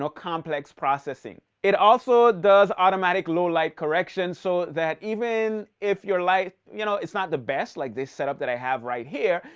complex processing. it also does automatic low-light correction so that even if your light, you know, it's not the best, like this set up that i have right here,